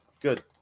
good